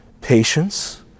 patience